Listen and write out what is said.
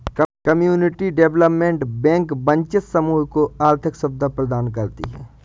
community development bank वंचित समूह को आर्थिक सुविधा प्रदान करती है